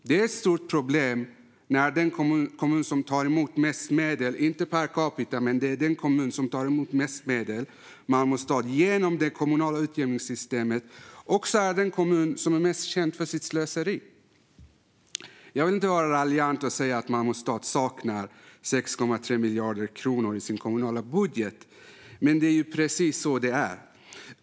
Det är ett stort problem när Malmö stad, som är den kommun som tar emot mest medel genom det kommunala utjämningssystemet, inte per capita men mest medel, också är den kommun som är mest känd för sitt slöseri. Jag vill inte vara raljant och säga att Malmö stad saknar 6,3 miljarder kronor i sin kommunala budget. Men det är precis så det är.